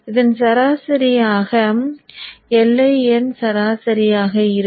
இதன் சராசரி Iin சராசரியாக இருக்கும்